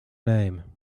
name